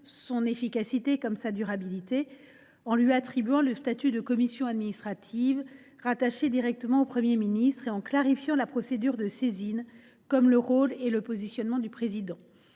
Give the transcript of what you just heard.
son efficacité et sa durabilité – en lui attribuant le statut de commission administrative rattachée directement au Premier ministre et en clarifiant la procédure de saisine, comme le rôle et le positionnement de son président.